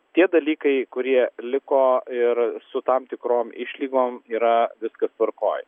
tie dalykai kurie liko ir su tam tikrom išlygom yra viskas tvarkoj